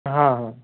हँ हँ